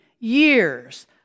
years